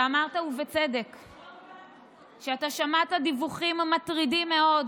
אתה אמרת, ובצדק, שאתה שמעת דיווחים מטרידים מאוד.